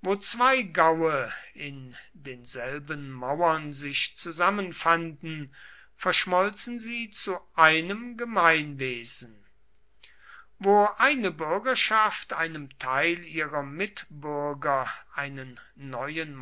wo zwei gaue in denselben mauern sich zusammenfanden verschmolzen sie zu einem gemeinwesen wo eine bürgerschaft einem teil ihrer mitbürger einen neuen